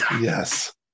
Yes